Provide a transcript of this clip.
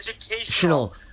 educational